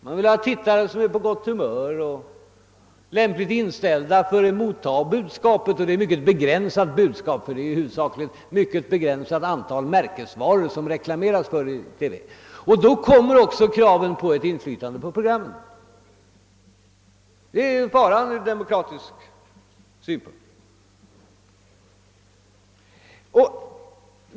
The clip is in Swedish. Man vill ha tittare som är på gott humör och lämpligt inställda för att motta budskapet. Det är ett mycket begränsat budskap, ty det är ju huvudsakligen ett mycket begränsat antal märkesvaror som det reklameras för i TV. Då kommer också kraven på ett inflytande på programmen.